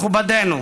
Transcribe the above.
מכובדנו,